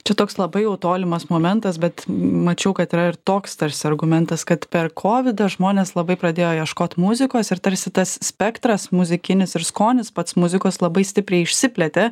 čia toks labai jau tolimas momentas bet mačiau kad yra ir toks tarsi argumentas kad per kovidą žmonės labai pradėjo ieškot muzikos ir tarsi tas spektras muzikinis ir skonis pats muzikos labai stipriai išsiplėtė